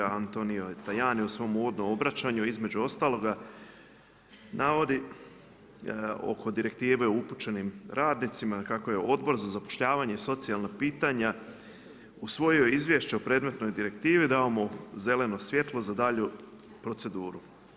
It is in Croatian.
Antonio … u svom uvodnom obraćanju između ostaloga navodi oko direktive upućenim radnicima kako je Odbor za zapošljavanje i socijalna pitanja u svoje izvješće o predmetnoj direktivi dao mu zeleno svjetlo za daljnju proceduru.